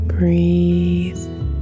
Breathe